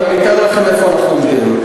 אני אתאר לכם איפה אנחנו עומדים.